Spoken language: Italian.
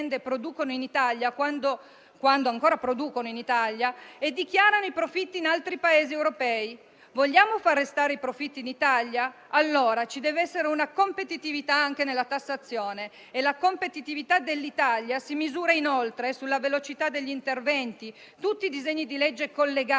- quando ancora producono in Italia - ma dichiarano i profitti in altri Paesi europei? Vogliamo far rimanere i profitti in Italia? Allora ci deve essere una competitività anche nella tassazione e la competitività dell'Italia si misura anche sulla velocità degli interventi. Tutti i disegni di legge collegati